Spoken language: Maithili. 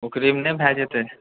ओकरेमे नहि भए जेतै